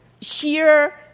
sheer